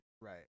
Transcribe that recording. right